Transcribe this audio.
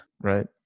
right